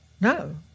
no